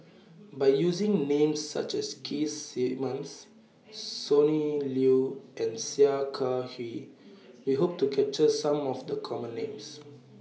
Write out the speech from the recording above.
By using Names such as Keith Simmons Sonny Liew and Sia Kah Hui We Hope to capture Some of The Common Names